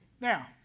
Now